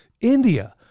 India